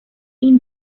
این